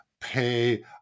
pay